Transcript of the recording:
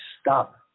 stop